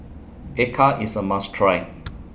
Acar IS A must Try